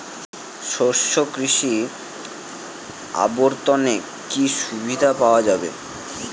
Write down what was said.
শস্য কৃষি অবর্তনে কি সুবিধা পাওয়া যাবে?